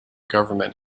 government